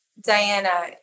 Diana